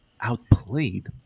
outplayed